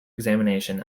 examination